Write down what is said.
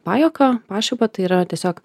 pajuoką pašaipą tai yra tiesiog